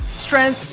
strength,